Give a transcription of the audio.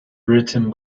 written